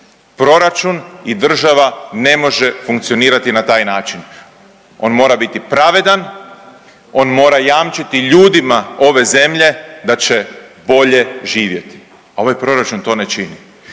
Proračun i država ne može funkcionirati na taj način. On mora biti pravedan. On mora jamčiti ljudima ove zemlje da će bolje živjeti, a ovaj proračun to ne čini.